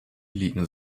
liegen